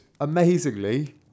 Amazingly